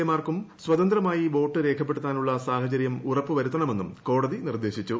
എമാർക്കും സ്വതന്ത്രമായി വോട്ട് രേഖപ്പെടുത്താനുള്ള സാഹചര്യം ഉറപ്പു വരുത്തണമെന്നും കോടതി നിർദ്ദേശിച്ചു